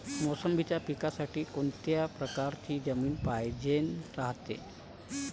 मोसंबी पिकासाठी कोनत्या परकारची जमीन पायजेन रायते?